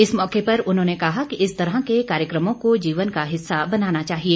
इस मौके पर उन्होंने कहा कि इस तरह के कार्यक्रमों को जीवन का हिस्सा बनाना चाहिए